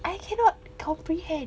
I cannot comprehend